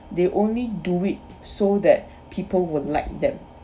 they only do it so that people would like them